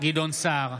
גדעון סער,